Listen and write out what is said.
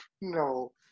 No